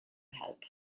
help